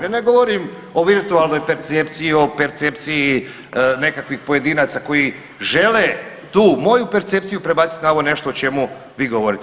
Ja ne govorim o virtualnoj percepciji, o percepciji nekakvih pojedinaca koji žele tu moju percepciju prebacit na ovo nešto o čemu vi govorite.